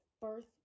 birth